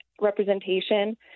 representation